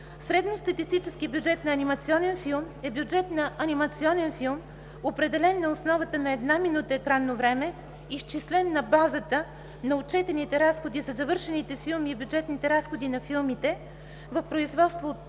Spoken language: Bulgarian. „Средностатистически бюджет на анимационен филм” е бюджет на анимационен филм, определен на основата на една минута екранно време, изчислен на базата на отчетните разходи за завършените филми и бюджетните разходи на филмите в производство